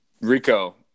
Rico